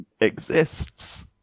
exists